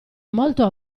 molto